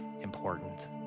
important